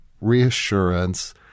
reassurance